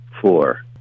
four